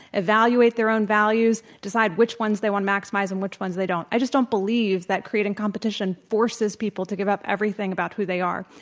evaluate their own values, decide which ones they want to maximize and which ones they don't. i just don't believe that creating competition forces people to give up everything about who they are.